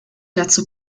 dazu